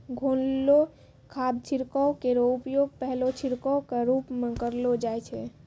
घोललो खाद छिड़काव केरो उपयोग पहलो छिड़काव क रूप म करलो जाय छै